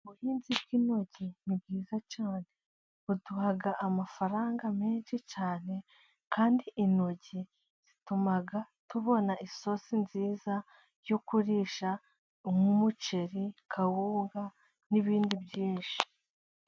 Ubuhinzi bw'intoryi ni bwiza cyane buduha amafaranga menshi cyane, kandi intoryi zituma tubona isosi nziza yo kurisha nk'umuceri, kawunga, n'ibindi byinshi.